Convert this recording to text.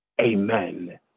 Amen